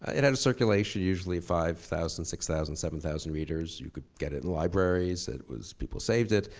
it had a circulation usually five thousand, six thousand, seven thousand readers. you could get it in libraries, it was, people saved it.